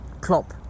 Klopp